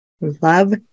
love